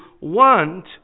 want